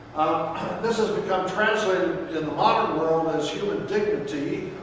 this has become translated in the modern world as human dignity.